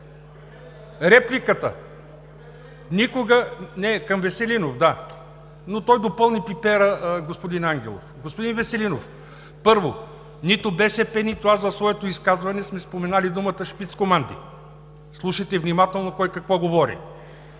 Репликата? Да, към Веселинов, но той допълни пипера, господин Ангелов… Господин Веселинов, първо, нито БСП, нито аз в своето изказване сме споменали думата шпицкоманди. Слушайте внимателно кой какво говори!